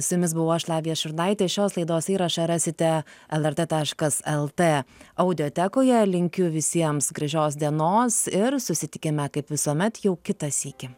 su jumis buvau aš lavija šurnaitė šios laidos įrašą rasite lrt taškas el t audiotekoje linkiu visiems gražios dienos ir susitikime kaip visuomet jau kitą sykį